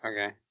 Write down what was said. Okay